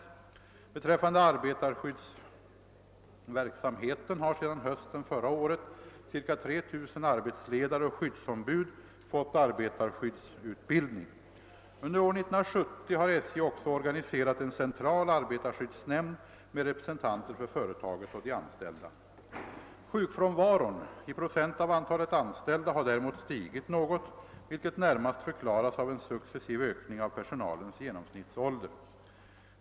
Vad beträffar arbetarskyddsverksamheten har sedan hösten förra året ca 3 000 arbetsledare och skyddsombud fått arbetarskyddsutbildning. Under år 1970 har SJ också organiserat en central arbetarskyddsnämnd med representanter för företaget och de anställda. Sjukfrånvaron i procent av antalet anställda har däremot stigit något vilket närmast förklaras av en successiv ökning av personalens genomsnittsålder.